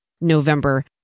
November